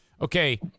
okay